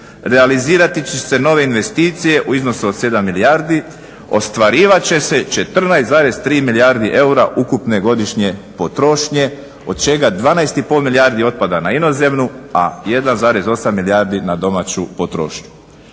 realizirati će se nove investicije u iznosu od 7 milijardi, ostvarivat će se 14,3 milijardi eura ukupne godišnje potrošnje od čega 12,5 milijardi otpada na inozemnu, a 1,8 milijardi na domaću potrošnju.